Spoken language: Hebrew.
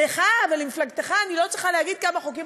לך ולמפלגתך אני לא צריכה להגיד כמה חוקים